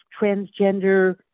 transgender